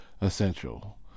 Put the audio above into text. essential